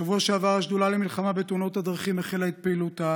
בשבוע שעבר השדולה למלחמה בתאונות הדרכים החלה את פעילותה